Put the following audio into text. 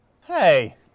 Hey